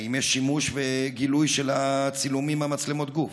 האם יש שימוש וגילוי של הצילומים ממצלמות הגוף?